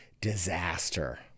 disaster